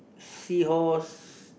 sea horse